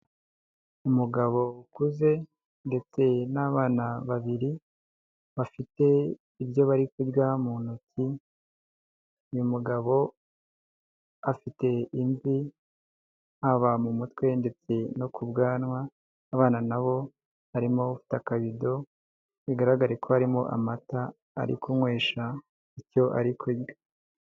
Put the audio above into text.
Umugabo ukuze ndetse n'abana babiri bafite ibyo bari kurya mu ntoki, uyu mugabo afite imvi haba mu mutwe ndetse no ku bwanwa, abana nabo harimo ufite akabido bigaragare ko harimo amata ari kunywesha icyo ari kurya.